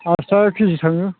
आरसि थाखा केजि थाङो